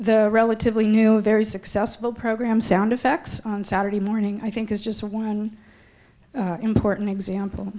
the relatively new very successful program sound effects on saturday morning i think is just one important example